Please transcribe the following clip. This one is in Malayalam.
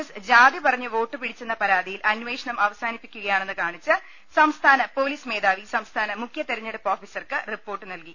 എസ് ജാതിപറഞ്ഞ് വോട്ട് പിടിച്ചെന്ന പരാ തിയിൽ അന്വേഷണം അവസാനിപ്പിക്കുകയാണെന്ന് കാണിച്ച് സംസ്ഥാന പൊലീസ് മേധാവി സംസ്ഥാന മുഖ്യ തെരഞ്ഞെടുപ്പ് ഓഫീസർക്ക് റിപ്പോർട്ട് നൽകി